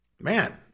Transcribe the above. man –